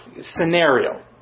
scenario